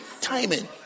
timing